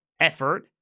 effort